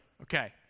okay